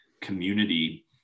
community